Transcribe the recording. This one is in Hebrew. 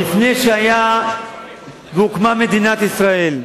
עוד לפני שהיתה והוקמה מדינת ישראל.